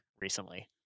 recently